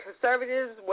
conservatives